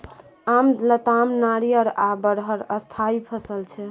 आम, लताम, नारियर आ बरहर स्थायी फसल छै